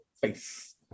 Face